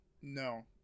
No